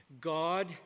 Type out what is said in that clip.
God